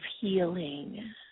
healing